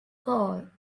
goal